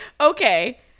okay